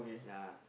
ya